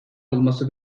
olması